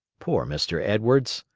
poor mr. edwards!